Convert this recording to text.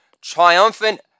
triumphant